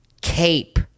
Cape